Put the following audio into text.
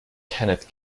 kenneth